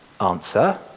Answer